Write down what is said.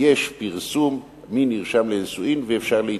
יש פרסום מי נרשם לנישואים, ואפשר להתנגד.